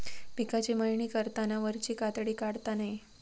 पिकाची मळणी करताना वरची कातडी काढता नये